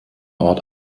ort